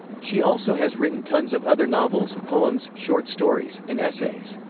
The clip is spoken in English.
she also has written tons of other novels, poems, short stories, and essays.